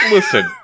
Listen